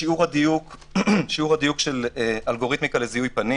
שיעור הדיןק של אלגוריתמיקה לזיהוי פנים